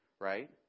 right